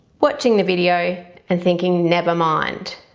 watching the video and thinking never mind.